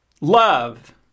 love